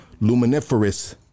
Luminiferous